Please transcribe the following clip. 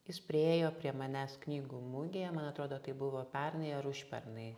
jis priėjo prie manęs knygų mugėje man atrodo tai buvo pernai ar užpernai